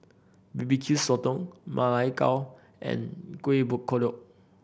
B B Q Sotong Ma Lai Gao and Kuih Kodok